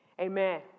amen